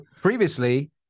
previously